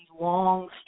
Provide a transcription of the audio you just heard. long